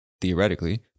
theoretically